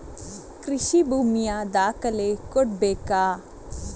ಕೃಷಿ ಭೂಮಿಯ ದಾಖಲೆ ಕೊಡ್ಬೇಕಾ?